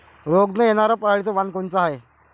रोग न येनार पराटीचं वान कोनतं हाये?